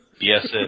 Yes